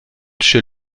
chez